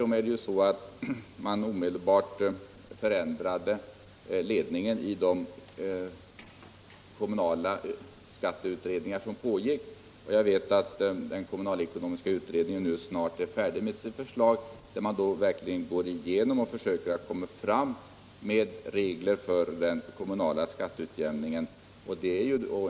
Man vidtog ju tvärtom snabbt förändringar i ledningen för de kommunala skatteutredningar som pågick. Den kommunalekonomiska utredningen är snart färdig med sitt förslag, som innebär en verklig genomgång i syfte att få fram regler för den kommunla skatteutjämningen.